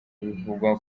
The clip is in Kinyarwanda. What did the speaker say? bivugwa